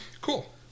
Cool